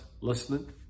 listening